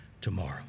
tomorrow